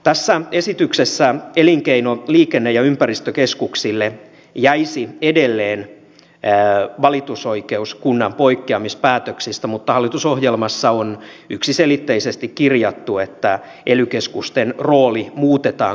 tässä esityksessä elinkeino liikenne ja ympäristökeskuksille jäisi edelleen valitusoikeus kunnan poikkeamispäätöksistä mutta hallitusohjelmassa on yksiselitteisesti kirjattu että ely keskusten rooli muutetaan konsultoivaksi